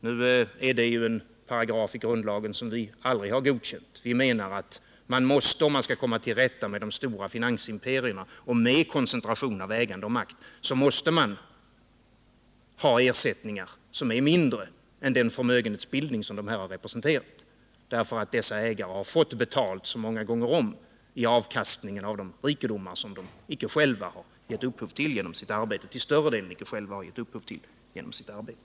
Nu är detta emellertid en paragraf i grundlagen, som vi aldrig har godkänt. Vi anser att man, om man skall komma till rätta med de stora finansimperierna och med koncentrationen av ägande och makt, måste ha ersättningar som är mindre än den förmögenhetsbildning som dessa fideikommiss representerar. Deras ägare har fått betalt så många gånger om i form av avkastningen på de rikedomar som de till större delen icke själva har givit upphov till genom sitt arbete.